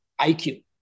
IQ